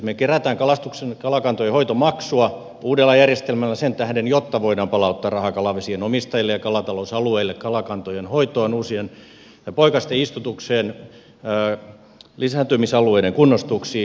me keräämme kalakantojen hoitomaksua uudella järjestelmällä sen tähden jotta voidaan palauttaa rahaa kalavesien omistajille ja kalatalousalueille kalakantojen hoitoon poikasten istutukseen lisääntymisalueiden kunnostuksiin